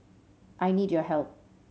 I need your help